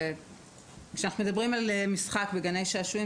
כשאנחנו מדברים על משחק בגני שעשועים,